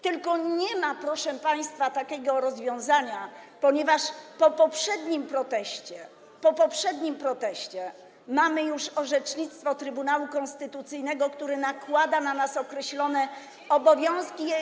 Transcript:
Tylko nie ma, proszę państwa, takiego rozwiązania, ponieważ po poprzednim proteście mamy już orzecznictwo Trybunału Konstytucyjnego, który nakłada na nas określone obowiązki.